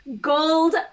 Gold